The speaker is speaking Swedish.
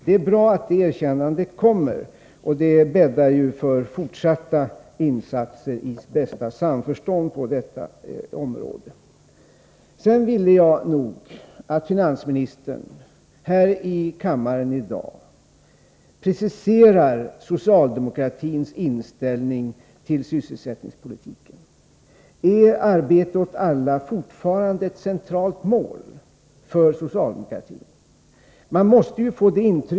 Det är bra att det erkännandet kommer. Detta bäddar för fortsatta insatser i bästa samförstånd på detta område. Jag vill att finansministern här i kammaren i dag preciserar socialdemokratins inställning till sysselsättningspolitiken. Är arbete åt alla fortfarande ett centralt mål för socialdemokratin?